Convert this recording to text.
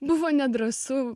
buvo nedrąsu